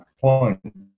point